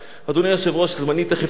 אדוני היושב-ראש, זמני תיכף תם.